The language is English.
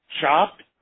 Chopped